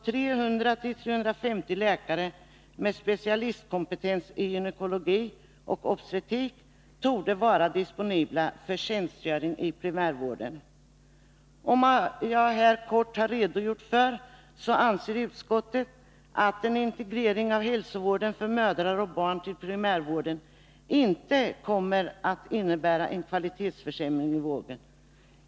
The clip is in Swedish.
300-350 läkare med specialistkompetens i gynekologi och obstetrik torde vidare vara disponibla för tjänstgöring i primärvården. Utskottet anser mot bakgrund av vad jag här har redogjort för att en integrering av hälsovården för mödrar och barn till primärvården inte kommer att innebära en kvalitetsförsämring i vården.